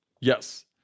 Yes